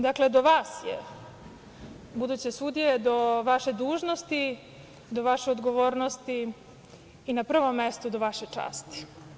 Dakle, do vas je, buduće sudije, do vaše dužnosti, do vaše odgovornosti i na prvom mestu do vaše časti.